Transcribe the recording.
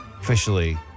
Officially